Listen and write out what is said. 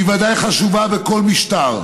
שהיא בוודאי חשובה בכל משטר,